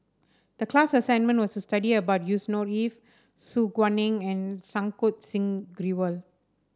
the class assignment was to study about Yusnor Ef Su Guaning and Santokh Singh Grewal